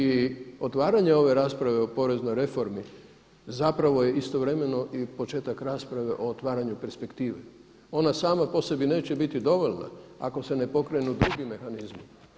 I otvaranje ove rasprave o poreznoj reformi zapravo je istovremeno i početak rasprave o otvaranju perspektive, ona sama po sebi neće biti dovoljna ako se ne pokrenu drugi mehanizmi.